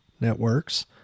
networks